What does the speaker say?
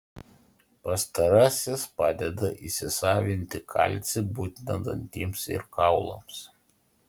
pastarasis padeda įsisavinti kalcį būtiną dantims ir kaulams